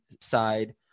side